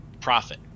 profit